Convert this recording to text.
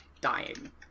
dying